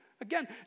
Again